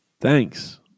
thanks